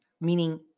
meaning